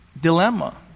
dilemma